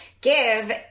give